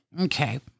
Okay